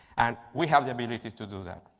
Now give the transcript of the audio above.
and we have the ability to do that.